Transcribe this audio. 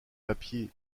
papiers